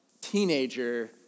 teenager